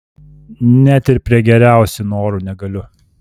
net ir prie geriausių norų negaliu